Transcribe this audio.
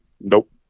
Nope